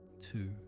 two